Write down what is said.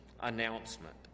announcement